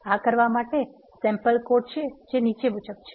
આ કરવા માટે સેમ્પલ કોડ જે નીચે મુજબ છે